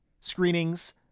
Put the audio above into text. screenings